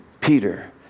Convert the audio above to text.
Peter